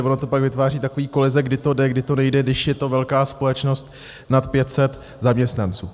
Ono to pak vytváří takové koheze, kdy to jde, kdy to nejde, když je to velká společnost nad 500 zaměstnanců.